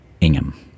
Ingham